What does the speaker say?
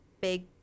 big